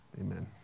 Amen